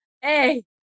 Hey